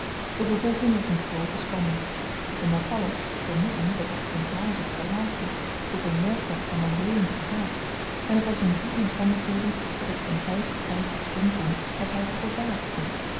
de bevolking was in groote spanning de natallers vermoedden dat de generaal zich verlaagde tot een werktuig van mandhélingschen haat en t was in die omstandigheden dat ik van tyd tot tyd iets doen kon wat hy kordaat vond